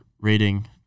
rating